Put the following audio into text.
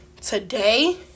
today